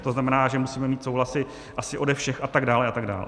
To znamená, že musíme mít souhlasy asi ode všech, a tak dále a tak dále.